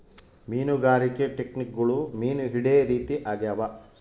ಮೀನುಗಾರಿಕೆ ಟೆಕ್ನಿಕ್ಗುಳು ಮೀನು ಹಿಡೇ ರೀತಿ ಆಗ್ಯಾವ